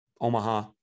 Omaha